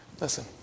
Listen